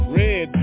red